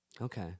Okay